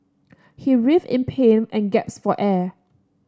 he writhed in pain and gasped for air